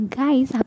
guys